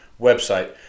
website